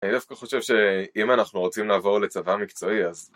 אני דווקא חושב ש...אם אנחנו רוצים לעבור לצבא מקצועי אז...